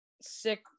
sick